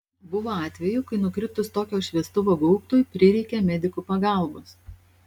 buvo atvejų kai nukritus tokio šviestuvo gaubtui prireikė medikų pagalbos